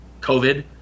COVID